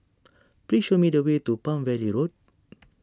please show me the way to Palm Valley Road